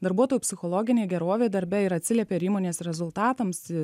darbuotojų psichologinė gerovė darbe ir atsiliepia ir įmonės rezultatams